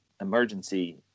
emergency